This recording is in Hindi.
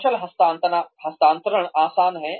कौशल हस्तांतरण आसान है